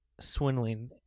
swindling